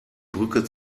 brücke